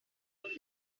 about